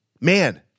man